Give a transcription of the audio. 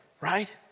right